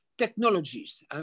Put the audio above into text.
technologies